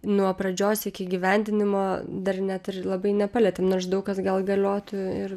nuo pradžios iki įgyvendinimo dar net ir labai nepalietėm maždaug kas gal galiotų ir